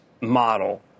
model